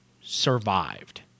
survived